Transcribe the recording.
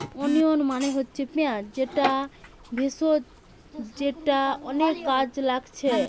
onion মানে হচ্ছে পিঁয়াজ যেটা ভেষজ যেটা অনেক কাজে লাগছে